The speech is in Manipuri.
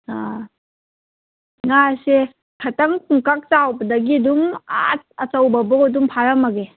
ꯑꯪ ꯉꯥꯁꯦ ꯈꯤꯇꯪ ꯄꯨꯡꯀꯛ ꯆꯥꯎꯕꯗꯒꯤ ꯑꯗꯨꯝ ꯑꯥ ꯑꯆꯧꯕꯕꯣꯛ ꯑꯗꯨꯝ ꯐꯥꯔꯝꯃꯒꯦ